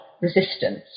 resistance